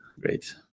Great